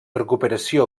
recuperació